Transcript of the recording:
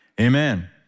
Amen